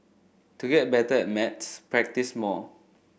to get better at maths practise more